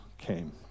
came